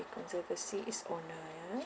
conservancy is owner ya